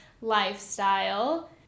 lifestyle